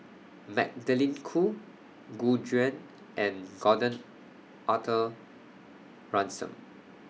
Magdalene Khoo Gu Juan and Gordon Arthur Ransome